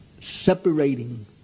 separating